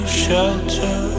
shelter